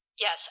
Yes